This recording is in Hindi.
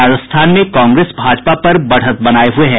राजस्थान में कांग्रेस भाजपा पर बढ़त बनाये हुए है